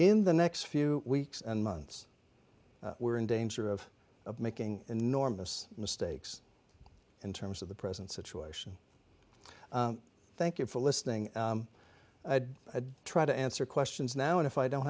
in the next few weeks and months we're in danger of of making enormous mistakes in terms of the present situation thank you for listening i'd try to answer questions now and if i don't